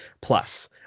Plus